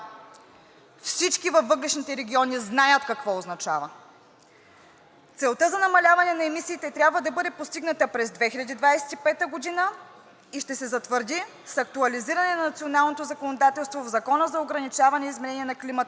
всички във въглищните региони знаят какво означава. „Целта за намаляване на емисиите трябва да бъде постигната през 2025 г. и ще се затвърди с актуализиране на националното законодателство в Закона за ограничаване изменението на климата,